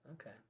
Okay